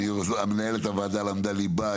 8 נמנעים,